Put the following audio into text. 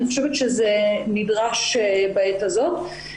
אני חושבת שזה נדרש בעת הזאת.